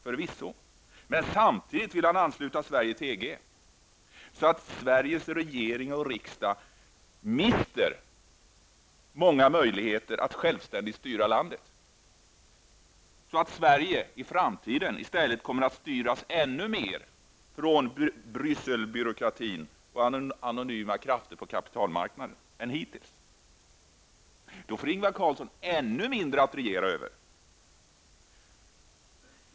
Förvisso, men samtidigt vill han ansluta Sverige till EG, så att Sveriges regering och riksdag mister många möjligheter att självständigt styra landet. Sverige kommer alltså i framtiden ännu mera än hittills att styras av Brysselbyråkratin och anonyma krafter på kapitalmarknaden. Då får Ingvar Carlsson ännu mindre att regera över.